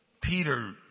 Peter